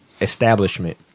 establishment